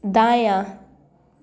दायाँ